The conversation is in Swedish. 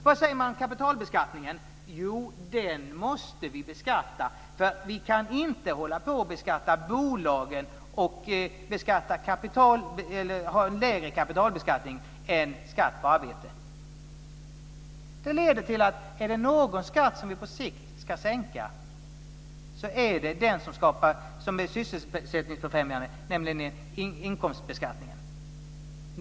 Vad säger man om kapitalbeskattningen? Jo, den måste vi ha. Vi kan inte hålla på och beskatta bolagen och ha en lägre skatt på kapital än på arbete. Är det någon skattesänkning vi på sikt ska genomföra är det den som är sysselsättningsfrämjande, nämligen sänkt inkomstbeskattning.